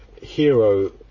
hero